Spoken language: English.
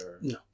No